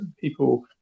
people